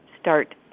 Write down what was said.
start